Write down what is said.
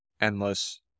endless